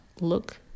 look